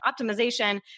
optimization